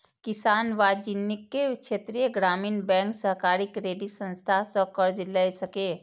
किसान वाणिज्यिक, क्षेत्रीय ग्रामीण बैंक, सहकारी क्रेडिट संस्थान सं कर्ज लए सकैए